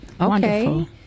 okay